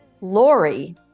Lori